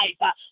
life